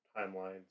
timelines